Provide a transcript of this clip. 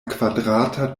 kvadrata